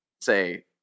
say